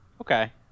Okay